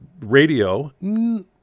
radio